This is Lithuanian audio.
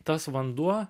tas vanduo